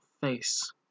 face